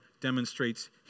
demonstrates